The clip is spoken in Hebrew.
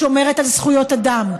שומרת על זכויות אדם,